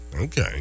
Okay